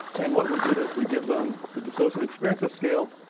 and what we do is we give them the dissociative experiences scale,